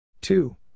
Two